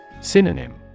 Synonym